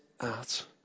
out